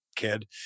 kid